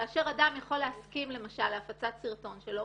כאשר אדם יכול להסכים להפצת סרטון שלו,